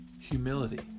Humility